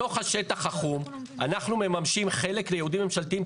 בתוך השטח החום אנחנו מממשים חלק לייעודים ממשלתיים.